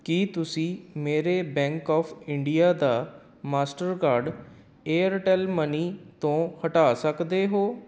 ਕੀ ਤੁਸੀਂਂ ਮੇਰੇ bank of India ਦਾ ਮਾਸਟਰਕਾਰਡ ਏਅਰਟੈੱਲ ਮਨੀ ਤੋਂ ਹਟਾ ਸਕਦੇ ਹੋ